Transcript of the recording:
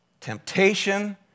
temptation